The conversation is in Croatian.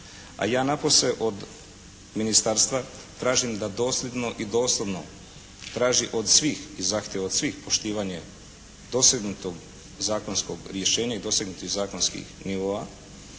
a ja napose od ministarstva tražim da dosljedno i doslovno traži od svih i zahtijeva od svih poštivanje dosegnutog zakonskog rješenja i dosegnutih zakonskih nivoa.